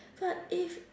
but if